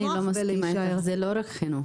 סליחה שאני לא מסכימה איתך, זה לא רק חינוך,